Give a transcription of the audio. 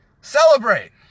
Celebrate